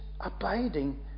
abiding